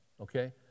okay